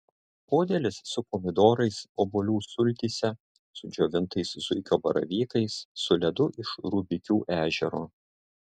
podėlis su pomidorais obuolių sultyse su džiovintais zuikio baravykais su ledu iš rubikių ežero